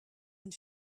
and